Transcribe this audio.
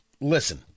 Listen